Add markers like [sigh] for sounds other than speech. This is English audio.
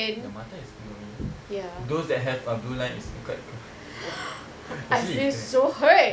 ya mattar is inconvenient those that have uh blue line is quite uh [breath]